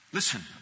Listen